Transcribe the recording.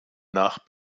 nach